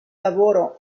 lavoro